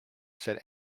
said